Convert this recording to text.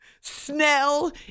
Snell